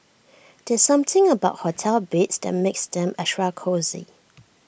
there's something about hotel beds that makes them extra cosy